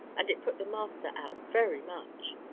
and it put the master out very much.